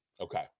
Okay